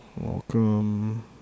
Welcome